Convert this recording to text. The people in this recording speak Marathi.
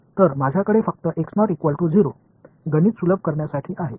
तर माझ्याकडे फक्त गणित सुलभ करण्यासाठी आहे